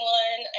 one